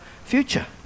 future